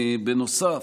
בנוסף,